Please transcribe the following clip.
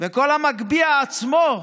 וכל המגביה עצמו,